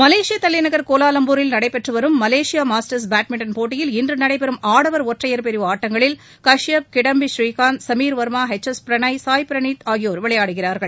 Malaysia தலைநகர் கோலாலம்பூரில் நடைபெற்றுவரும் மலேசியா மாஸ்டர்ஸ் பேட்மிண்ட்டன் போட்டியில் இன்று நடைபெறும் ஆடவா் ஒற்றையா் பிரிவு ஆட்டங்களில் கஷ்யப் கிடாம்பி ஸ்ரீகாந்த் சமீர் வர்மா எச் எஸ் பிரணாய் சாய் பிரணீத் ஆகியோர் விளையாடுகிறார்கள்